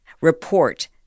report